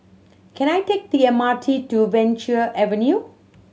can I take the M R T to Venture Avenue